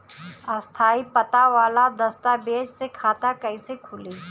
स्थायी पता वाला दस्तावेज़ से खाता कैसे खुली?